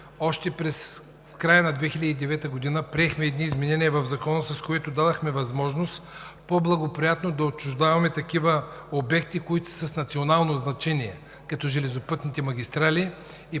още в края на 2009 г. приехме изменения в Закона, с което дадохме възможност по-благоприятно да отчуждаваме обекти с национално значение, като железопътните магистрали.